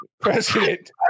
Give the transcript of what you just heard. president